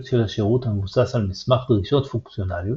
של השירות המבוסס על מסמך דרישות פונקציונליות,